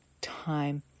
time